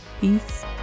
Peace